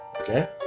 Okay